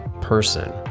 person